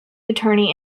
attorney